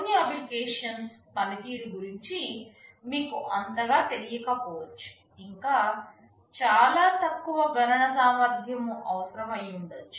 కొన్ని అప్లికేషన్స్ పనితీరు గురించి మీకు అంతగా తెలియకపోవచ్చు ఇంకా చాలా తక్కువ గణన సామర్థ్యం అవసరం అయ్యుండొచ్చు